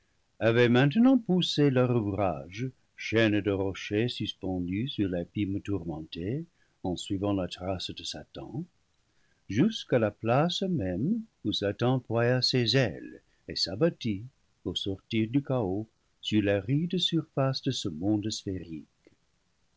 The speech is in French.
avaient maintenant poussé leur ouvrage chaîne de rochers suspendus sur l'abîme tourmenté en suivant la trace de satan jusqu'à la place même où satan ploya ses ailes et s'abattit au sortir du chaos sur l'aride surface de ce monde sphérique